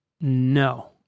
No